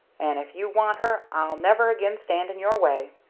and if you want her i'll never again stand in your way.